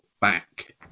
back